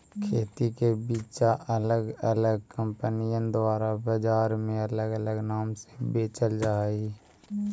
खेती के बिचा अलग अलग कंपनिअन द्वारा बजार में अलग अलग नाम से बेचल जा हई